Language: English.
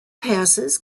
passes